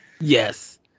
Yes